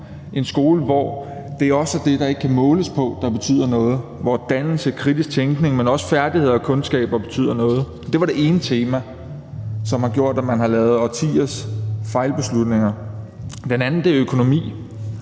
en skole, hvor det også er det, der ikke kan måles på, der betyder noget, og hvor dannelse og kritisk tænkning, men også færdigheder og kundskaber betyder noget. Det var den ene af de to kategorier, som har gjort, at man har lavet årtiers fejlbeslutninger. Den anden kategori